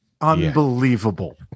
unbelievable